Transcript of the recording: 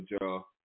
y'all